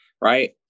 right